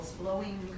blowing